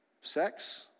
sex